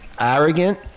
arrogant